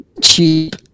cheap